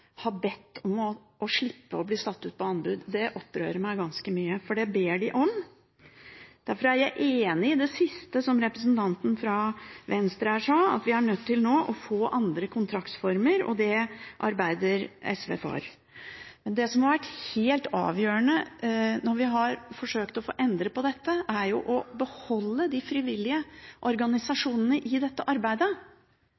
har bedt om å slippe å bli satt ut på anbud. Det opprører meg ganske mye, for det ber de om. Derfor er jeg enig i det siste som representanten fra Venstre her sa, at vi nå er nødt til å få andre kontraktsformer, og det arbeider SV for. Men det som har vært helt avgjørende når vi har forsøkt å få endret på dette, er å beholde de frivillige